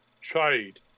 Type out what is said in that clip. trade